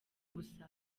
gusa